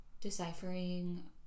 deciphering